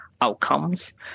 outcomes